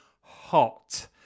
hot